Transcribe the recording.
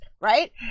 right